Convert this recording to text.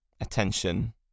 attention